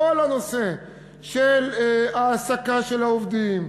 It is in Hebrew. כל הנושא של ההעסקה של העובדים,